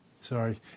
sorry